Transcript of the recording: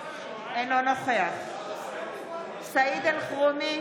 אינו נוכח סעיד אלחרומי,